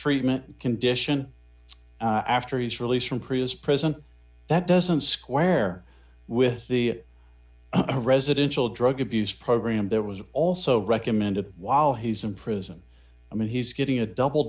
treatment condition after his release from previous prison that doesn't square with the residential drug abuse program there was also recommended while he's in prison i mean he's getting a double